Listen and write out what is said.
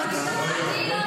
--- בבקשה, אני לא